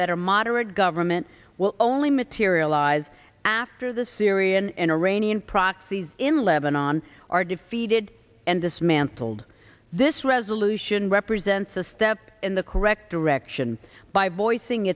that or moderate government will only materialize after the syrian and iranian proxies in lebanon are defeated and dismantled this resolution represents a step in the correct direction by voicing